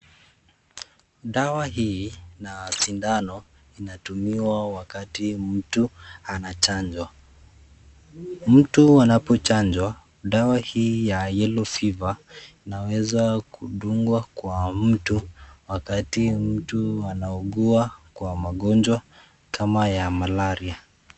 Dawa hii na sindano inatumiwa wakati mtu anachanjwa. Mtu anapochanjwa dawa hii ya yellow fever inaweza kudungwa kwa mtu wakati mtu anaugua kwa magonjwa kama ya malaria